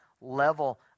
level